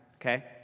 Okay